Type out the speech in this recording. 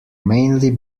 mainly